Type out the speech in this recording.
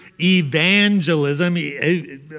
evangelism